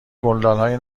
گلدانهای